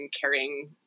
carrying